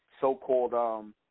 so-called